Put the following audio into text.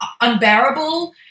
unbearable